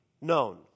known